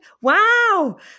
Wow